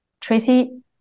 Tracy